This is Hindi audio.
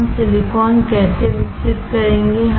हम सिलिकॉन कैसे विकसित करेंगे